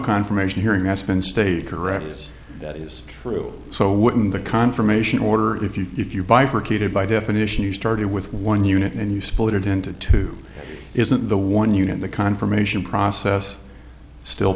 confirmation hearing that's been stated correctly is that is true so wouldn't the confirmation order if you if you bifurcated by definition you started with one unit and you split it into two isn't the one you have the confirmation process still